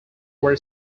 were